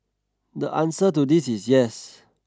the answer to this is yes